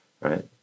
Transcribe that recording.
right